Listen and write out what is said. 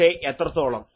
പക്ഷേ എത്രത്തോളം